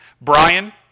Brian